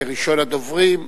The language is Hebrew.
כראשון הדוברים,